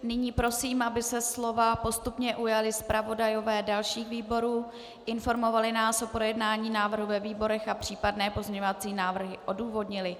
Nyní prosím, aby se slova postupně ujali zpravodajové dalších výborů, informovali nás o projednání návrhu ve výborech a případné pozměňovací návrhy odůvodnili.